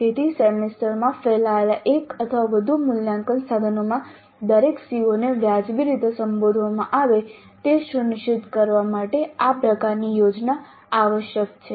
તેથી સેમેસ્ટરમાં ફેલાયેલા એક અથવા વધુ મૂલ્યાંકન સાધનોમાં દરેક CO ને વ્યાજબી રીતે સંબોધવામાં આવે તે સુનિશ્ચિત કરવા માટે આ પ્રકારની યોજના આવશ્યક છે